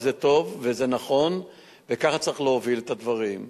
וזה טוב וזה נכון וכך צריך להוביל את הדברים.